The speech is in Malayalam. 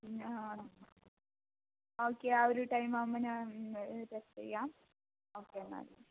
പിന്നെ ആ ആ ഓക്കേ ആ ഒരു ടൈമാകുമ്പോൾ ഞാൻ ചെയ്യാം ഓക്കേ എന്നാൽ